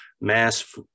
mass